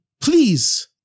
please